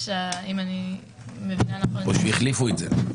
או שהחליפו את זה?